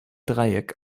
dreieck